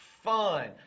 fun